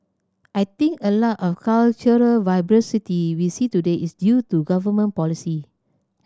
I think a lot of cultural vibrancy we see today is due to government policy